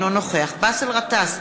אינו נוכח באסל גטאס,